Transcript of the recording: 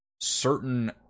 certain